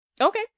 Okay